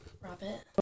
Rabbit